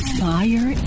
fire